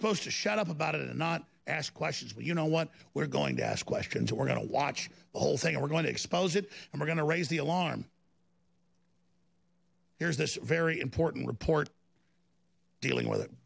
supposed to shut up about it and not ask questions you know what we're going to ask questions we're going to watch the whole thing we're going to expose it and we're going to raise the alarm here's this very important report dealing with it